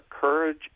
courage